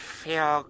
feel